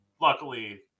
luckily